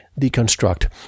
deconstruct